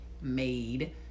made